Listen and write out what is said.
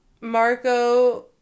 Marco